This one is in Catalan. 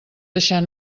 deixar